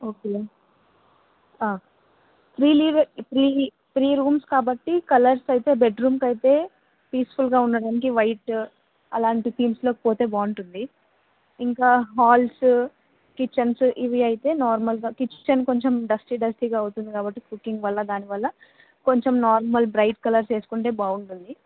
okay three three three rooms కాబట్టి colours అయితే బెడ్రూమ్కి అయితే పీస్ఫుల్ ఉండడానికి వైట్ అలాంటి థీమ్స్లోకి పోతే బాగుంటుంది ఇంకా హాల్స్ కిచెన్స్ ఇవి అయితే నార్మల్గా కిచెన్ కొంచెం డస్టీ డస్టీగా అవుతుంది కాబట్టి కుకింగ్ వల్ల దానివల్ల కొంచెం నార్మల్ బ్రైట్ కలర్స్ వేసుకుంటే బాగుందంది